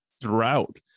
throughout